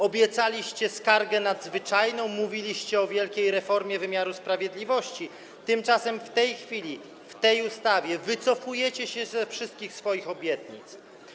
Obiecaliście skargę nadzwyczajną, mówiliście o wielkiej reformie wymiaru sprawiedliwości, tymczasem w tej chwili w tej ustawie wycofujecie się ze wszystkich swoich obietnic.